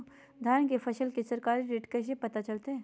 धान के फसल के सरकारी रेट कैसे पता चलताय?